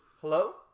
Hello